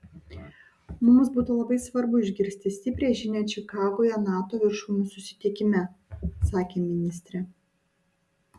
mums būtų labai svarbu išgirsti stiprią žinią čikagoje nato viršūnių susitikime sakė ministrė